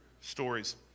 stories